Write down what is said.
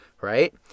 right